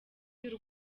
y’u